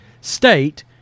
state